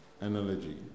analogy